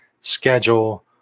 schedule